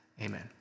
Amen